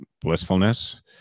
blissfulness